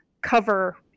cover